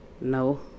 no